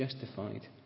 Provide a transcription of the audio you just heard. justified